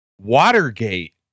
Watergate